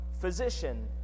Physician